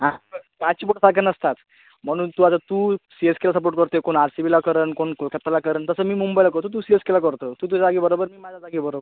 हां पाची बोटं सारखे नसतात म्हणून तू आता तू सी एस केला सपोर्ट करतोय कोण आर के बीला करन कोण कोलकत्ताला करन तसं मी मुंबईला करतो तू सी एस केला करतो तू तुझ्या जागी बराेबर मी माझ्या जागी बरोबर